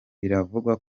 biravugwa